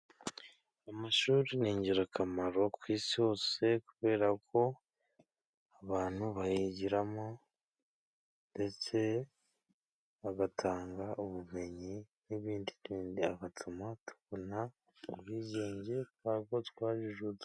Amashuri ni ingirakamaro ku isi hose, kubera ko abantu bayigiramo, ndetse bagatanga ubumenyi n'ibindi n'ibindi, agatuma tubona ubwigenge kubera ko twajijutse.